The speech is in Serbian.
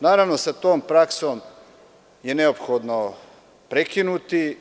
Naravno, sa tom praksom je neophodno prekinuti.